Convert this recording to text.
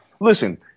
listen